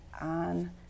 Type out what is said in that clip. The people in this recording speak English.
on